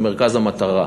במרכז המטרה.